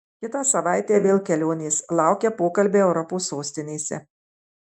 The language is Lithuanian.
kitą savaitę vėl kelionės laukia pokalbiai europos sostinėse